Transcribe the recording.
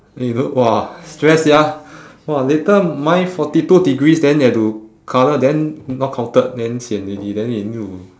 eh don't !wah! stress sia !wah! later mine forty two degrees then they have to colour then not counted then sian already then they need to